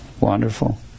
wonderful